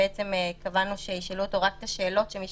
בעצם קבענו שישאלו אותו רק הוראות שמי